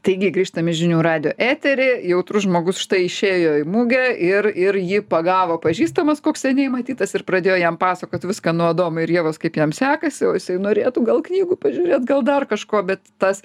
taigi grįžtam į žinių radijo eterį jautrus žmogus štai išėjo į mugę ir ir jį pagavo pažįstamas koks seniai matytas ir pradėjo jam pasakot viską nuo adomo ir ievos kaip jam sekasi o jisai norėtų gal knygų pažiūrėt gal dar kažko bet tas